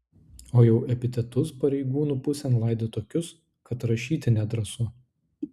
o jau epitetus pareigūnų pusėn laidė tokius kad rašyti nedrąsu